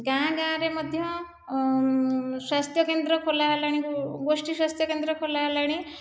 ଗାଁ ଗାଁରେ ମଧ୍ୟ ସ୍ୱାସ୍ଥ୍ୟକେନ୍ଦ୍ର ଖୋଲାହେଲାଣି ଗୋଷ୍ଠୀ ସ୍ଵାସ୍ଥ୍ୟକେନ୍ଦ୍ର ଖୋଲାହେଲାଣି